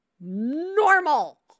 Normal